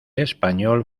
español